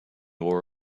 wore